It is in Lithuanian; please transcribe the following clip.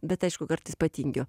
bet aišku kartais patingiu